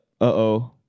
uh-oh